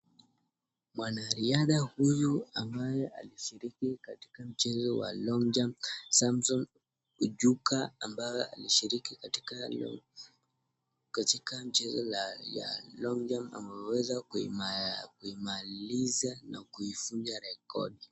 Mwanariadha huyu ambaye alishiriki katika mchezo wa long jump Samson Ujuka ambao alishiriki katika mchezo ya long jump ameweza kuimaliza na kuvunja rekodi.